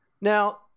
now